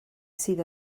sydd